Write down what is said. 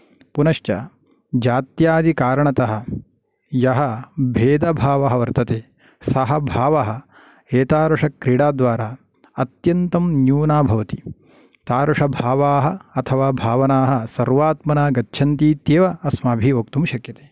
पुनश्च जात्यादिकारणतः यः भेदभावः वर्तते सः भावः एतादृशक्रीडाद्वारा अत्यन्तं न्यूना भवति तादृशभावाः अथवा भावनाः सर्वात्मना गच्छन्तीत्येव अस्माभिः वक्तुं शक्यते